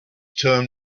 term